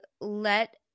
let